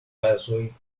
bazoj